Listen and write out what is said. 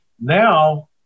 Now